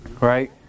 right